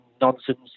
nonsense